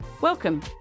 Welcome